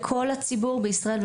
לכל הציבור בישראל,